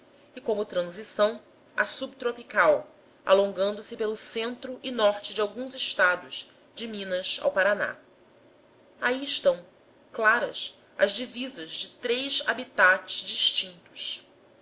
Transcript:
e como transição a subtropical alongando se pelo centro e norte de alguns estados de minas ao paraná aí estão claras as divisas de três habitats distintos